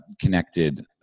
connected